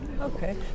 okay